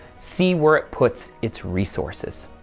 see where it puts its resources.